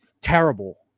Terrible